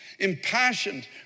impassioned